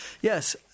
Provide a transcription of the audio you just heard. Yes